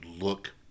look